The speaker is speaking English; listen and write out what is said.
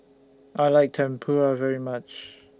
I like Tempura very much